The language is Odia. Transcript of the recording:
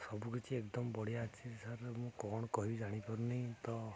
ସବୁ କିଛି ଏକଦମ୍ ବଢ଼ିଆ ଅଛି ସାର୍ ମୁଁ କ'ଣ କହିବି ଜାଣିପାରୁନି ତ